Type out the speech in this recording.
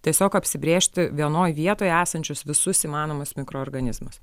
tiesiog apsibrėžti vienoj vietoj esančius visus įmanomus mikroorganizmus